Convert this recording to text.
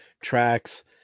tracks